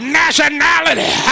nationality